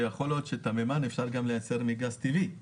שיכול להיות שאת המימן אפשר גם לייצר מגז טבעי,